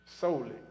solely